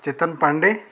Chetan Pande